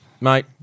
mate